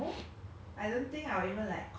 ya maybe I'll go check after this